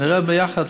ונראה ביחד,